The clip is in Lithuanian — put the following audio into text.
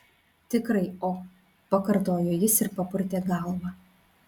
tikrai o pakartojo jis ir papurtė galvą